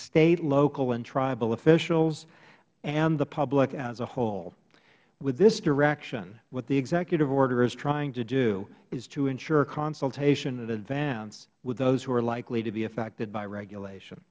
state local and tribal officials and the public as a whole with this direction what the executive order is trying to do is to ensure consultation in advance with those who are likely to be affected by regulation